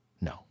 No